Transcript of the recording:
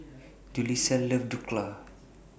Julissa loves Dhokla